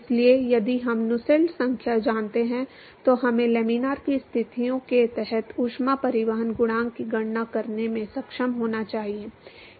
इसलिए यदि हम Nusselts संख्या जानते हैं तो हमें लैमिनार की स्थितियों के तहत ऊष्मा परिवहन गुणांक की गणना करने में सक्षम होना चाहिए